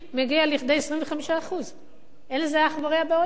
מגיע לכדי 25%. אין לזה אח ורע בעולם.